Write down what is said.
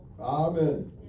Amen